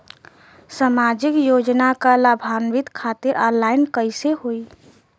सामाजिक योजना क लाभान्वित खातिर ऑनलाइन कईसे होई?